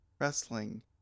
Wrestling